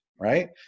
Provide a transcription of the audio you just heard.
right